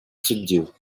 суддів